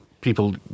people